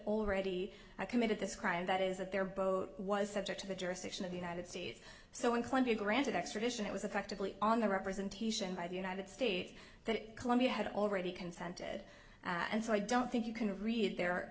already committed this crime that is that their boat was subject to the jurisdiction of the united states so when colombia granted extradition it was effectively on the representation by the united states that colombia had already consented and so i don't think you can read the